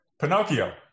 pinocchio